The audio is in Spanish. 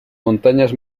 montañas